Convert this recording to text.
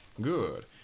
Good